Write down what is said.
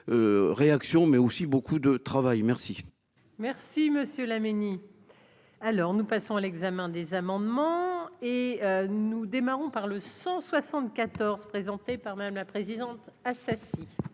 réactions mais aussi beaucoup de travail, merci. Merci monsieur Laménie alors, nous passons à l'examen des amendements et nous démarrons par le 174 présenté par Madame, la présidente à.